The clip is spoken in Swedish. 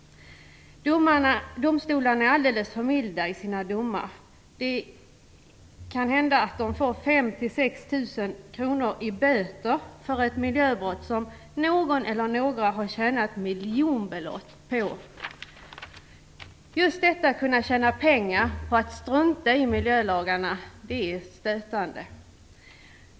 Domstolarna är alldeles för milda i sina domar. Man dömer kanhända till fem eller sex tusen kronor i böter för ett miljöbrott som någon eller några har tjänat miljonbelopp på. Just detta att kunna tjäna pengar på att strunta i miljölagarna är stötande.